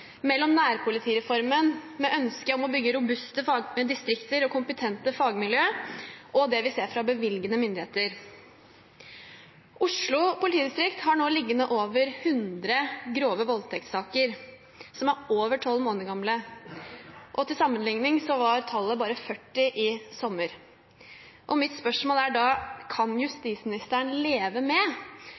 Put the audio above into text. mellom nærpolitireformen, hvor man har et ønske om å bygge robuste distrikter og kompetente fagmiljø, og det vi ser fra bevilgende myndigheter. Oslo politidistrikt har nå liggende over 100 grove voldtektssaker som er over 12 måneder gamle. Til sammenligning var tallet bare 40 i sommer. Mitt spørsmål er da: Kan justisministeren leve med